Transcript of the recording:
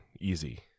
Easy